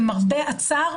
למרבה הצער,